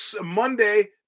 Monday